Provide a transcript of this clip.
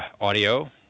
audio